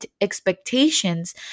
expectations